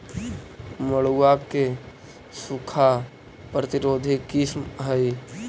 मड़ुआ के सूखा प्रतिरोधी किस्म हई?